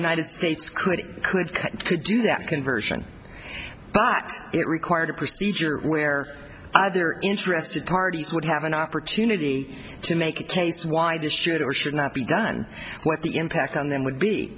united states could could could do that conversion but it required a procedure where other interested parties would have an opportunity to make a case why this should or should not be done what the impact on them would be